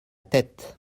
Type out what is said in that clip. tête